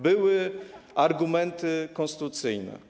Były argumenty konstytucyjne.